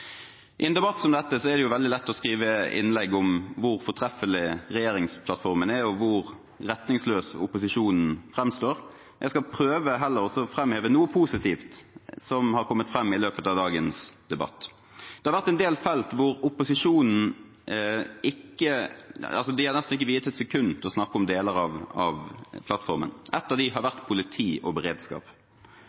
I en debatt som dette er det veldig lett å skrive innlegg om hvor fortreffelig regjeringsplattformen er, og hvor retningsløs opposisjonen framstår. Jeg skal heller prøve å framheve noe positivt som har kommet fram i løpet av dagens debatt. Det er deler av plattformen som opposisjonen nesten ikke viet et sekund til å snakke om. En av disse er politi og beredskap.